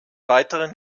weiteren